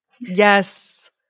Yes